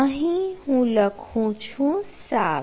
અહીં હું લખું છું 7